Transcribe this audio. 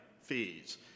fees